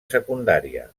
secundària